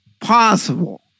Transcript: possible